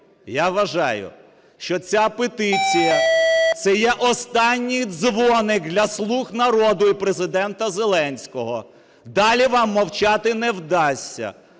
Я вважаю, що ця петиція – це є останній дзвоник для "Слуг народу" і Президента Зеленського. Далі вам мовчати не вдасться.